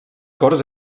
corts